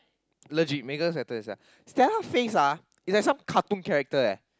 legit Megan's better than Stalla Stella's face ah is like some cartoon character eh